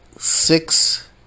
six